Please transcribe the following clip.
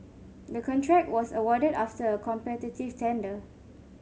the contract was awarded after a competitive tender